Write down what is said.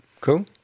cool